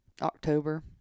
October